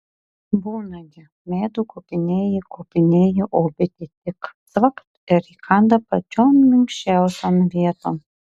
būna gi medų kopinėji kopinėji o bitė tik cvakt ir įkanda pačion minkščiausion vieton